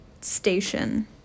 station